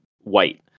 white